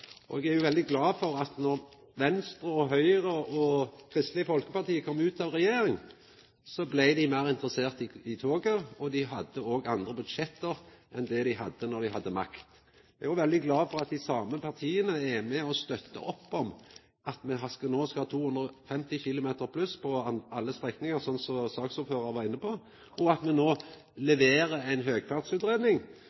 Eg er veldig glad for at då Venstre, Høgre og Kristeleg Folkeparti kom ut av regjering, blei dei meir interesserte i toget, og dei har òg andre budsjett enn det dei hadde då dei hadde makt. Eg er veldig glad for at dei same partia er med på, og støtter opp om, at me no skal ha 250 km pluss på alle strekningar, slik saksordføraren var inne på, og at me